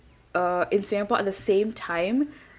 uh in singapore at the same time